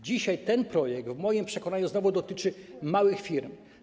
Dzisiaj ten projekt w moim przekonaniu znowu dotyczy małych firm.